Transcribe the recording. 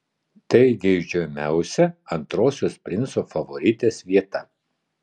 tai geidžiamiausia antrosios princo favoritės vieta